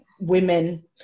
women